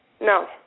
No